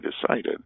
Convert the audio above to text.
decided